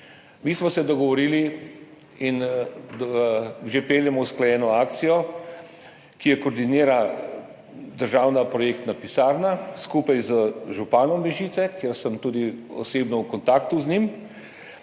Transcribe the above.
Mi smo se dogovorili in že peljemo usklajeno akcijo, ki jo koordinira državna projektna pisarna skupaj z županom Mežice, s katerim sem tudi osebno v kontaktu, in